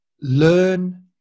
learn